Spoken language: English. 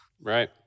Right